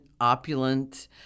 opulent